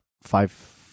five